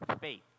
faith